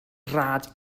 rhad